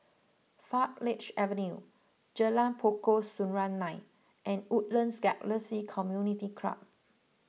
Farleigh Avenue Jalan Pokok Serunai and Woodlands Galaxy Community Club